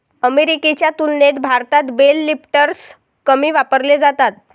अमेरिकेच्या तुलनेत भारतात बेल लिफ्टर्स कमी वापरले जातात